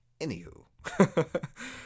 anywho